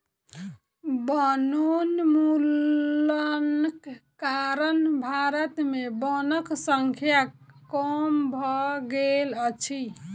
वनोन्मूलनक कारण भारत में वनक संख्या कम भ गेल अछि